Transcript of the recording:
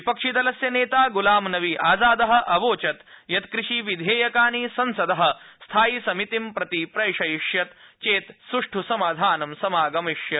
विपक्षिदलस्य नेता ग्लाम नवी आजाद अवोचत् यत् कृषि विधेयकानि संसद स्थायि समितिं प्रति प्रैषयिष्यत् चेत् सुष्ठु समाधानं समागमिष्यत्